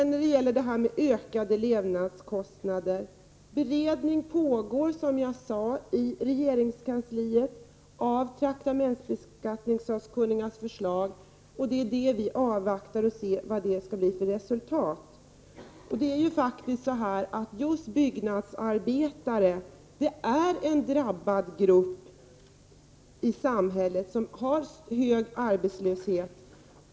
När det gäller ökade levnadskostnder pågår en beredning, som jag sade, i regeringskansliet av traktamentsbeskattningssakkunnigas förslag. Det är denna berednings resultat vi avvaktar. Just byggnadsarbetare utgör en drabbad grupp i samhället och har hög arbetslöshet.